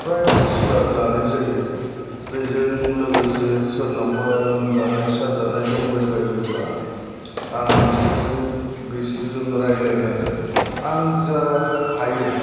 फ्राय सुलाद लानाय जायो बेजों लोगोसे सोरनावबा लोमजानाय साजानाय दंबाय बायोब्ला आं बिसोरजों रायज्लायनानै आं जा हायो